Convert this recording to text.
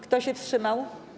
Kto się wstrzymał?